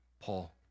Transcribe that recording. Paul